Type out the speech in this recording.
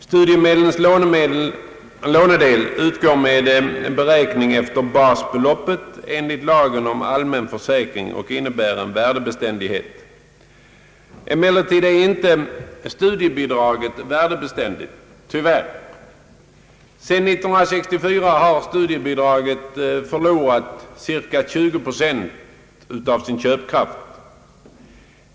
Studiemedlens lånedel beräknas efter basbeloppet enligt lagen om allmän försäkring och innebär värdebeständighet. Emeilertid är studiebidraget tyvärr inte värdebeständigt. Sedan år 1964 har studiebidraget förlorat cirka 20 procent av sin köpkraft.